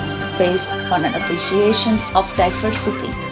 based on an appreciation of diversity,